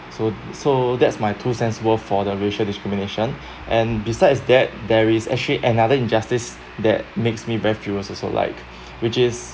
so so that's my two cents worth for the racial discrimination and besides that there is actually another injustice that makes me very furious also like which is